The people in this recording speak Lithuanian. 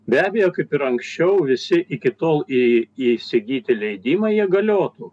be abejo kaip ir anksčiau visi iki tol į įsigyti leidimą jie galiotų